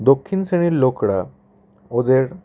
দক্ষিণ শ্রেণীর লোকরা ওদের